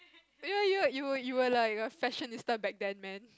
you were you were like a fashionista back then man